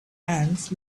ants